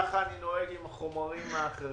כך אני נוהג עם החומרים האחרים.